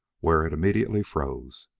where it immediately froze.